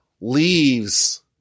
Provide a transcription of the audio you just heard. leaves